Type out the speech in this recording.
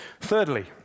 Thirdly